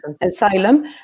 asylum